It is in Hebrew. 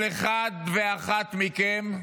כל אחד ואחת מכם,